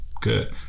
good